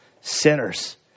sinners